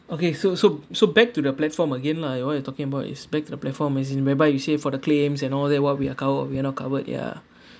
okay so so so back to the platform again lah you what you talking about is back to the platform as in whereby you say for the claims and all that what we are covered or we are not covered ya